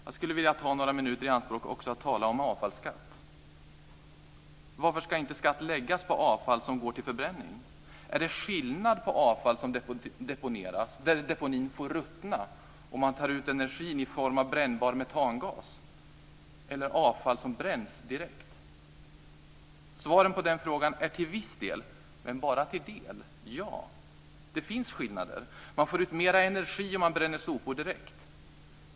Jag skulle vilja ta några minuter i anspråk för att tala om avfallsskatt. Varför ska inte skatt läggas på avfall som går till förbränning? Är det skillnad på avfall som deponeras där deponin får ruttna och man tar ut energin i form av brännbar metangas och avfall som bränns direkt? Svaren på den frågan är till viss del, men bara till viss del, ja. Det finns skillnader. Man får ut mer energi om man bränner sopor direkt.